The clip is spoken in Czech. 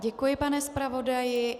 Děkuji, pane zpravodaji.